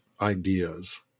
ideas